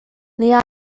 lia